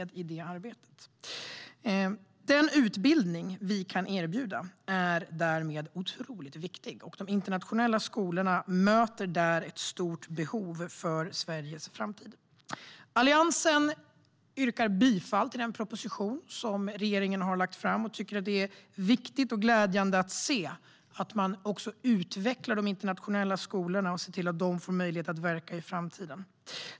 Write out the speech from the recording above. Den utbildning vi kan erbjuda är därmed otroligt viktig. De internationella skolorna möter därmed ett stort behov för Sveriges framtid. Alliansen yrkar bifall till den proposition som regeringen har lagt fram och tycker att det är viktigt och glädjande att man också utvecklar de internationella skolorna och ser till att de får möjlighet att verka i framtiden.